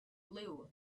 blue